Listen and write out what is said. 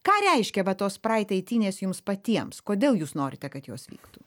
ką reiškia va tos praid eitynės jums patiems kodėl jūs norite kad jos vyktų